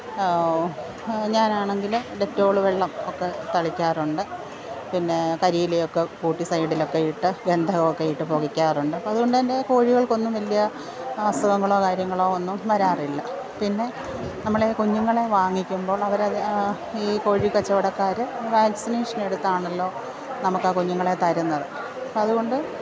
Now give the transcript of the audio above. ഞാൻ ആണെങ്കിൽ ഡെറ്റോൾ വെള്ളം ഒക്കെ തളിക്കാറുണ്ട് പിന്നെ കരീലയൊക്കെ കൂട്ടി സൈഡിലൊക്കെ ഇട്ട് വെന്ധം ഒക്കെ ഇട്ട് പുകയ്ക്കാറുണ്ട് അപ്പം അതുകൊണ്ടുതന്നെ കോഴികൾക്കൊന്നും വലിയ അസുഖങ്ങളോ കാര്യങ്ങളോ ഒന്നും വരാറില്ല പിന്നെ നമ്മളെ കുഞ്ഞുങ്ങളെ വാങ്ങിക്കുമ്പോൾ അവർ അത് ഈ കോഴിക്കച്ചവടക്കാർ വാക്സിനേഷൻ എടുത്താണല്ലോ നമുക്ക് ആ കുഞ്ഞുങ്ങളെ തരുന്നത് അതുകൊണ്ട്